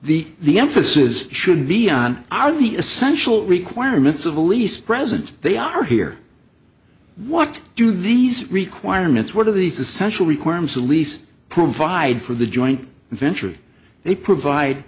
the the emphasis should be on are the essential requirements of a lease present they are here what do these requirements what are these essential requirement the lease provide for the joint venture they provide